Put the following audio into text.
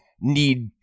need